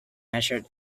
measured